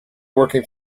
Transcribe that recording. working